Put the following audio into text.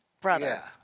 brother